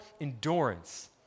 endurance